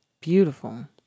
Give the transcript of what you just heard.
Beautiful